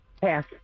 Pass